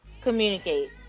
communicate